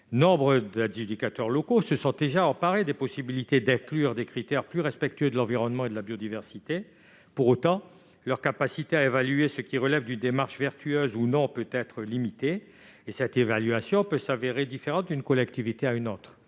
Nombre d'adjudicateurs locaux se sont déjà emparés des possibilités d'inclure des critères plus respectueux de l'environnement et de la biodiversité. Pour autant, leur capacité à évaluer ce qui relève d'une démarche vertueuse ou non peut être limitée et cette évaluation peut se révéler différente d'une collectivité à une autre.